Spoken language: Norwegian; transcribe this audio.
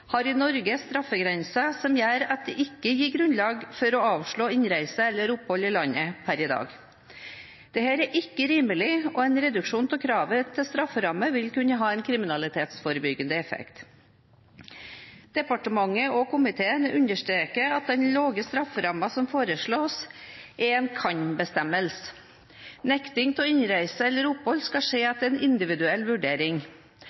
har i Norge straffegrenser som gjør at det ikke er grunnlag for å avslå innreise eller opphold i landet per i dag. Dette er ikke rimelig, og en reduksjon av kravet til strafferamme vil kunne ha en kriminalitetsforebyggende effekt. Departementet og komiteen understreker at den lavere strafferammen som foreslås, er en kan-bestemmelse. Nekting av innreise eller opphold skal skje etter en individuell vurdering.